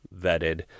vetted